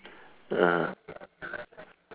(uh huh)